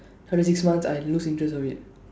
after six months I lose interest of it